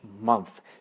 month